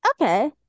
okay